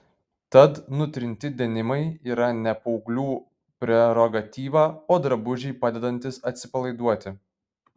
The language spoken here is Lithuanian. tad nutrinti denimai yra ne paauglių prerogatyva o drabužiai padedantys atsipalaiduoti